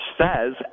says